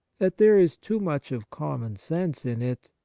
that there is too much of common-sense in it,